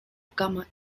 cama